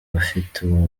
bafite